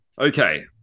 Okay